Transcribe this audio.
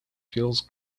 feels